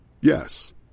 Yes